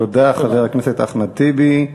תודה, חבר הכנסת אחמד טיבי.